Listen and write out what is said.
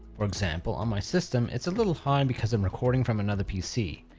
for example, on my system it's a little high because i'm recording from another pc,